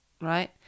right